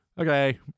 okay